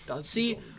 See